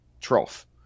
trough